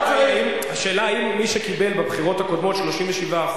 השאלה היא אם מי שקיבל בבחירות הקודמות 37%,